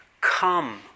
come